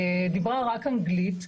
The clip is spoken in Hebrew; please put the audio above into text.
היא דיברה רק אנגלית.